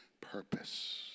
purpose